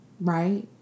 right